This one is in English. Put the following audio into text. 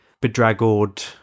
bedraggled